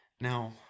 now